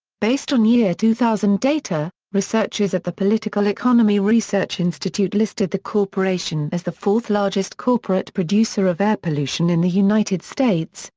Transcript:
based on year two thousand data, researchers at the political economy research institute listed the corporation as the fourth-largest corporate producer of air pollution in the united states,